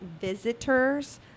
visitors